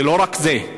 ולא רק זה,